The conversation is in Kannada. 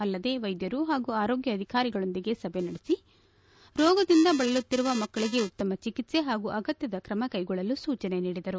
ಅಲ್ಲದೆ ವೈದ್ಯರು ಹಾಗೂ ಆರೋಗ್ಯ ಅಧಿಕಾರಿಗಳೊಂದಿಗೆ ಸಭೆ ನಡೆಸಿ ರೋಗದಿಂದ ಬಳಲುತ್ತಿರುವ ಮಕ್ಕಳಿಗೆ ಉತ್ತಮ ಚಿಕಿತ್ಸೆ ಪಾಗೂ ಅಗತ್ಯದ ಕ್ರಮ ಕೈಗೊಳ್ಳಲು ಸೂಜನೆ ನೀಡಿದರು